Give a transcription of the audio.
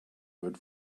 good